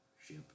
ship